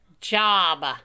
job